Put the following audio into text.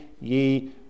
ye